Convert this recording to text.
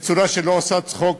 בצורה שלא עושה צחוק